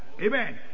Amen